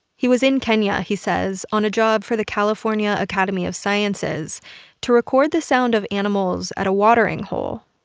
he was in kenya, he says, on a job for the california academy of sciences to record the sound of animals at a watering hole.